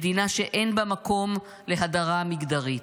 מדינה שאין בה מקום להדרה מגדרית.